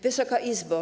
Wysoka Izbo!